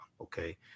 okay